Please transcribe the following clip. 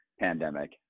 pandemic